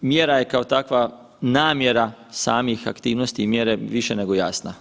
Mjera je kao takva namjera samih aktivnosti i mjere više nego jasna.